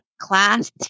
class